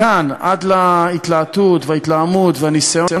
מכאן עד להתלהטות וההתלהמות והניסיון